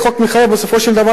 בסופו של דבר זה לא ייפתר.